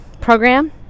program